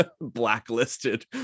blacklisted